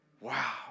Wow